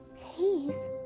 Please